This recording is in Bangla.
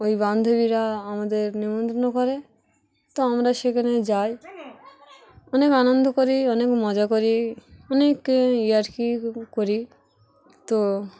ওই বান্ধবীরা আমাদের নিমন্ত্রণ করে তো আমরা সেখানে যাই অনেক আনন্দ করি অনেক মজা করি অনেক ইয়ে আর কি করি তো